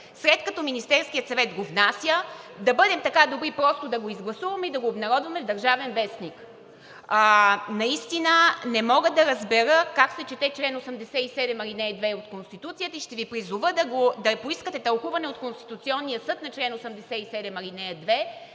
След като Министерският съвет го внася, да бъдем така добри просто да го изгласуваме и да го обнародваме в „Държавен вестник“. Наистина не мога да разбера как се чете чл. 87, ал. 2 от Конституцията. Ще Ви призова да поискате тълкуване от Конституционния съд на чл. 87, ал. 2,